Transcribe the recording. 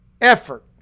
effort